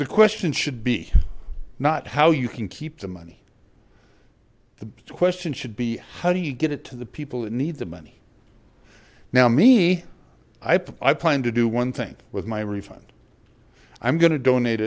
the question should be not how you can keep the money the question should be how do you get it to the people that need the money now me i plan to do one thing with my refund i'm gonna donate